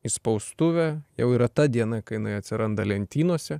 į spaustuvę jau yra ta diena kai jinai atsiranda lentynose